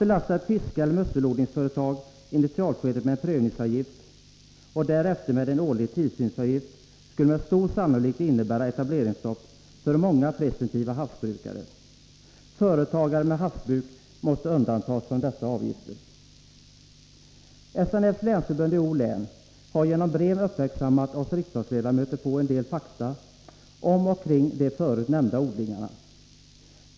Om fiskeeller musselodlingsföretag i initialskedet belastas med en prövningsavgift och därefter med en årlig tillsynsavgift skulle det med stor sannolikhet innebära etableringsstopp för många presumtiva havsbrukare. Företagare med havsbruk måste undantas från dessa avgifter. SNF:s länsförbund i Göteborgs och Bohus län har genom brev uppmärksammat oss riksdagsledamöter på en del fakta om de förut nämnda odlingarna.